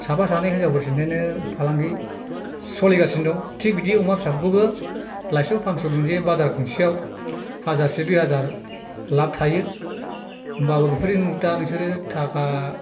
साफा सानै हिनजावफोर सिन्थायनो फालांगि सोलिगासिनो दं थिग बिदि अमा फिसाफोरखौबो लाइसेआव फानस' मोनसे बाजार खुंसेयाव हाजारसे दुइ हाजार लाप थायो होनबाबो बेफोरजों दा नोंसोरो थाखा